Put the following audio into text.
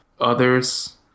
Others